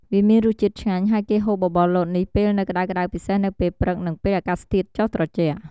វាមានរសជាតិឆ្ញាញ់ ហើយគេហូបបបរលតនេះពេលនៅក្តៅៗពិសេសនៅពេល ព្រឹក និងពេលអាកាសធាតុចុះត្រជាក់។